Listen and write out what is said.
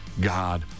God